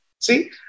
See